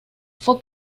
fue